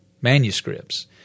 manuscripts